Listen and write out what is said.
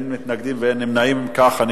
נגד, אין, נמנעים, אין.